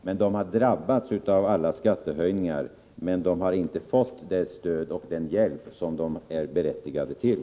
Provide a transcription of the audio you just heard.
Men de har drabbats av alla skattehöjningar utan att ha fått det stöd och den hjälp som de är berättigade till.